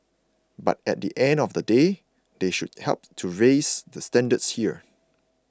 but at the end of the day they should help to raise the standards here